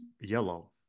yellow